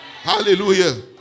Hallelujah